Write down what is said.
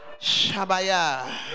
Shabaya